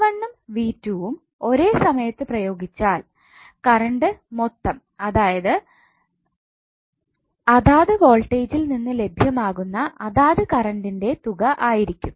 V1 ഉം V2 ഉം ഒരേ സമയത്ത് പ്രയോഗിച്ചാൽ കറണ്ട് മൊത്തം അതാത് വോൾട്ടേജിൽ നിന്ന് ലഭ്യമാകുന്ന അതാത് കറന്റ്ന്റെ തുക ആയിരിക്കും